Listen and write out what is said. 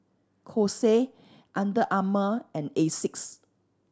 Kose Under Armour and Asics